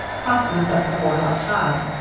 promptly set the boy outside.